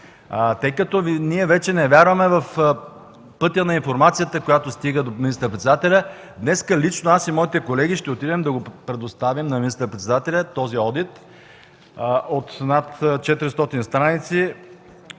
Тъй като вече не вярваме в пътя на информацията, която стига до министър-председателя, днес лично аз и моите колеги ще отидем да предоставим на министър-председателя този одит от над 400 страници,